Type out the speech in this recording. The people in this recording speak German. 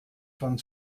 von